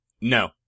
No